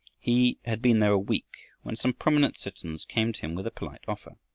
he had been there a week when some prominent citizens came to him with a polite offer.